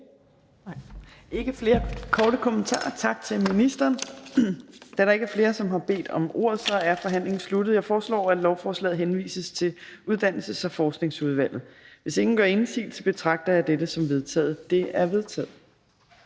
ikke flere korte bemærkninger, og så siger vi tak til ministeren. Da der ikke er flere, som har bedt om ordet, er forhandlingen sluttet. Jeg foreslår, at lovforslaget henvises til Uddannelses- og Forskningsudvalget. Hvis ingen gør indsigelse, betragter jeg dette som vedtaget. Det er vedtaget.